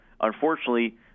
Unfortunately